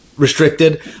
restricted